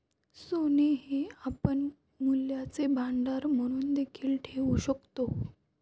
सोने हे आपण मूल्यांचे भांडार म्हणून देखील ठेवू शकतो